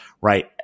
right